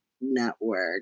Network